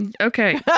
Okay